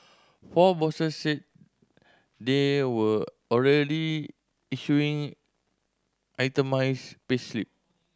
four bosses said they were already issuing itemised payslip